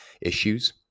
issues